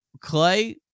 Clay